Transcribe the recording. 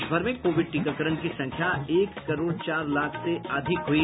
देशभर में कोविड टीकाकरण की संख्या एक करोड़ चार लाख से अधिक हुई